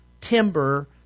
timber